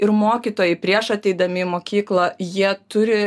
ir mokytojai prieš ateidami į mokyklą jie turi